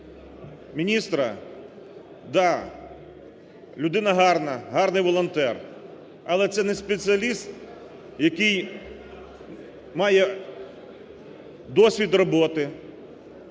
міністра, так, людина гарна, гарний волонтер. Але це не спеціаліст, який має досвід роботи,